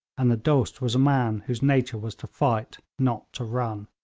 and the dost was a man whose nature was to fight, not to run.